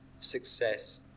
success